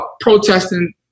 protesting